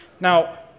Now